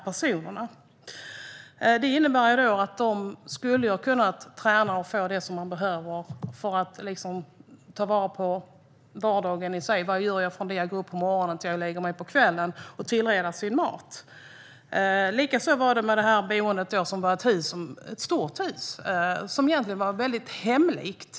Detta innebär att de skulle ha kunnat träna och få det de behöver för att ta vara på vardagen - vad gör jag från det jag går upp på morgonen tills jag lägger mig på kvällen - och att tillreda sin mat. Detta boende var ett stort hus som egentligen var väldigt hemlikt.